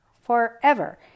forever